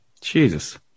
Jesus